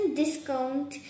discount